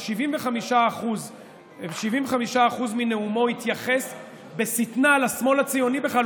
75% מנאומו ההוא התייחס בשטנה אל השמאל הציוני בכלל.